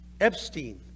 Epstein